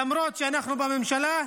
למרות שאנחנו בממשלה,